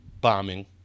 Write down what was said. bombing